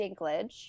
Dinklage